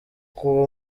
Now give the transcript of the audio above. kuba